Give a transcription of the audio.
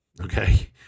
Okay